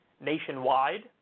nationwide